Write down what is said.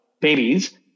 babies